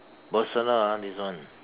personal ah this one